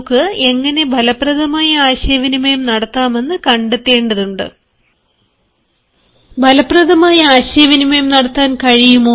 നമുക്ക് എങ്ങനെ ഫലപ്രദമായി ആശയവിനിമയം നടത്താമെന്ന് കണ്ടെത്തേണ്ടതുണ്ട് ഫലപ്രദമായി ആശയവിനിമയം നടത്താൻ കഴിയുമോ